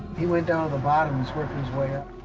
he went down to the bottom. he's working his way up.